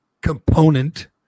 component